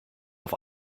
auf